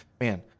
man